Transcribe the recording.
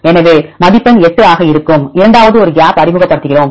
எனவே மதிப்பெண் 8 ஆக இருக்கும் இரண்டாவது ஒரு கேப் அறிமுகப்படுத்துகிறோம்